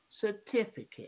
certificate